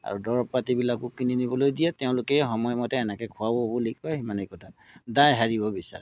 আৰু দৰৱ পাতিবিলাকো কিনি নিবলৈ দিয়ে তেওঁলোকেই সময়মতে এনেকৈ খুৱাব বুলি কয় সিমানেই কথা দায় সাৰিব বিচাৰে